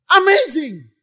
Amazing